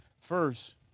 First